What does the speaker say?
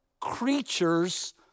creatures